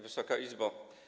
Wysoka Izbo!